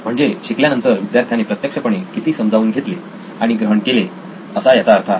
म्हणजे शिकल्यानंतर विद्यार्थ्याने प्रत्यक्षपणे किती समजावून घेतले आणि ग्रहण केले असा याचा अर्थ आहे